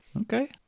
okay